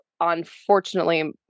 unfortunately